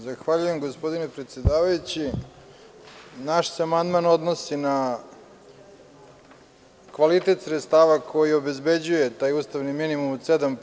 Zahvaljujem se gospodine predsedavajući, naš se amandman odnosi na kvalitet sredstava koji obezbeđuje taj ustavni minimum od 7%